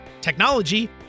technology